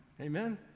amen